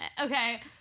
Okay